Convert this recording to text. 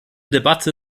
debatte